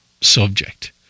subject